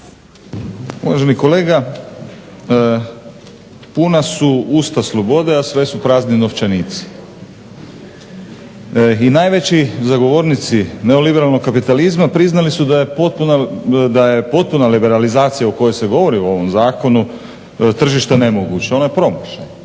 Uvaženi kolega, puna su usta slobode a sve su prazniji novčanici. I najveći zagovornici neoliberalnog kapitalizma priznali su da je potpuna liberalizacija o kojoj se govori u ovom Zakonu tržišta nemoguća. Ona je promašaj.